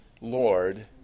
lord